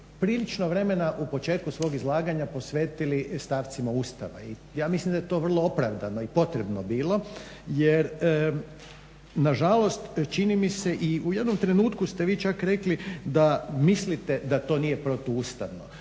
prilično vremena u početku svog izlaganja posvetili stavcima Ustava i ja mislim da je to vrlo opravdano i potrebno bilo jer nažalost čini mi se i u jednom trenutku ste vi čak rekli da mislite da to nije protuustavno.